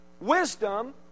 Wisdom